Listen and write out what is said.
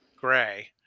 gray